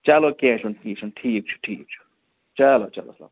چَلو کینٛہہ چھُنہٕ ٹھیٖک چھُ ٹھیٖک چھُ چَلو چَلو